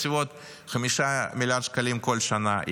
בסביבות 5 מיליארד שקלים כל שנה,